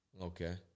Okay